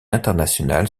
internationales